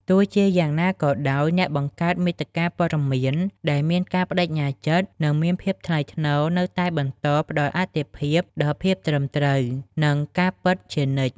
ទោះជាយ៉ាងណាក៏ដោយ អ្នកបង្កើតមាតិកាព័ត៌មានដែលមានការប្តេជ្ញាចិត្ត និងមានភាពថ្លៃថ្នូរនៅតែបន្តផ្តល់អាទិភាពដល់ភាពត្រឹមត្រូវ និងការពិតជានិច្ច។